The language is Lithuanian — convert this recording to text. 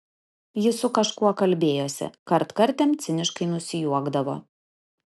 ji su kažkuo kalbėjosi kartkartėm ciniškai nusijuokdavo